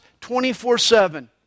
24-7